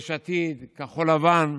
יש עתיד, כחול לבן,